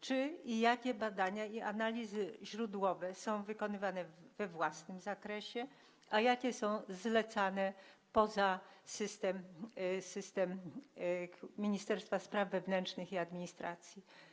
Czy i jakie badania i analizy źródłowe są wykonywane we własnym zakresie, a jakie są zlecane poza system Ministerstwa Spraw Wewnętrznych i Administracji?